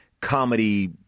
comedy